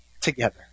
together